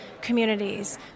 communities